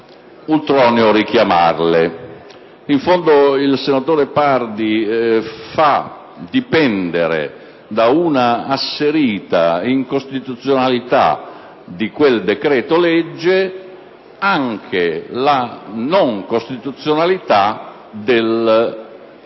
ultroneo richiamarle. In fondo, il senatore Pardi fa dipendere da un'asserita incostituzionalità di quel decreto-legge anche la non costituzionalità del